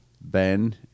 Ben